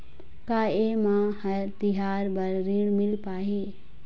का ये म हर तिहार बर ऋण मिल पाही?